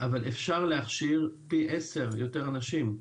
אבל אפשר להכשיר פי 10 יותר אנשים.